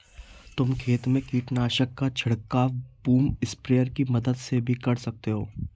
तुम खेत में कीटनाशक का छिड़काव बूम स्प्रेयर की मदद से भी कर सकते हो